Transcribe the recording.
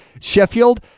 Sheffield